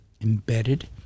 embedded